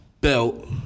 belt